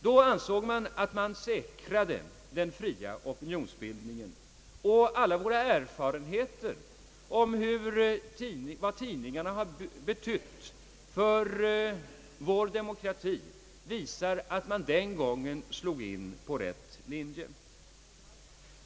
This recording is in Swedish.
Då ansågs det att man säkrade den fria opinionsbildningen, och alla våra erfarenheter om vad tidningarna har betytt för vår demokrati visar att man den gången slog in på rätt linje.